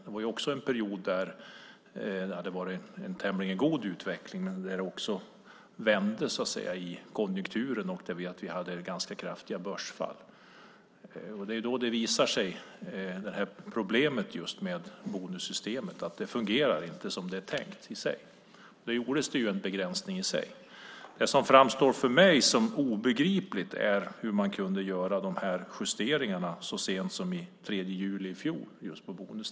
Det var också en period där det hade varit en tämligen god utveckling, men där konjunkturen vände och vi hade ganska kraftiga börsfall. Det var då problemet med bonussystemen visade sig. Det fungerade inte som det var tänkt, och det gjordes en begränsning. Det som för mig framstår som obegripligt är hur man kunde göra de här justeringarna så sent som den 3 juli i fjol.